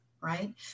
right